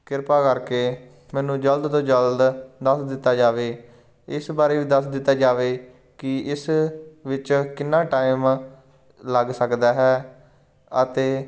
ਕਿਰਪਾ ਕਰਕੇ ਮੈਨੂੰ ਜਲਦ ਤੋਂ ਜਲਦ ਦੱਸ ਦਿੱਤਾ ਜਾਵੇ ਇਸ ਬਾਰੇ ਵੀ ਦੱਸ ਦਿੱਤਾ ਜਾਵੇ ਕਿ ਇਸ ਵਿੱਚ ਕਿੰਨਾ ਟਾਈਮ ਲੱਗ ਸਕਦਾ ਹੈ ਅਤੇ